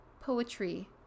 poetry